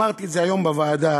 אמרתי את זה היום בוועדה.